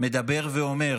מדבר ואומר